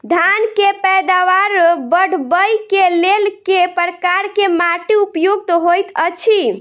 धान केँ पैदावार बढ़बई केँ लेल केँ प्रकार केँ माटि उपयुक्त होइत अछि?